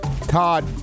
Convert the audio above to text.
Todd